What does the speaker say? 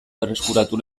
berreskuratu